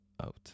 out